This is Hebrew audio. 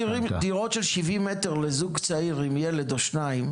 אפילו לבנות דירות של 70 מ"ר לזוג צעיר עם ילד או שניים